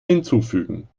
hinzufügen